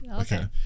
Okay